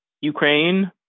Ukraine